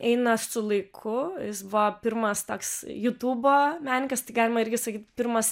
eina su laiku jis buvo pirmas toks jutubo menininkas tai galima irgi sakyt pirmas